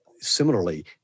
similarly